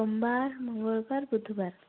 ସୋମବାର ମଙ୍ଗଳବାର ବୁଧବାର